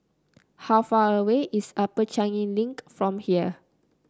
how far away is Upper Changi Link from here